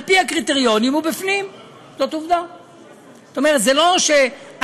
על פי הקריטריונים, הוא בפנים.